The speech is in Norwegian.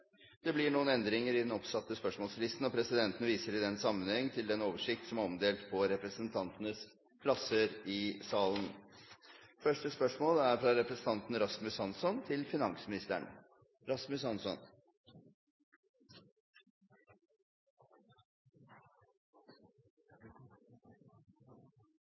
Det blir noen endringer i den oppsatte spørsmålslisten, og presidenten viser i den sammenheng til den oversikten som er omdelt på representantenes plasser i salen.